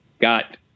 got